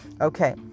Okay